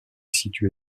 situé